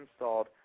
installed